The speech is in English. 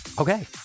Okay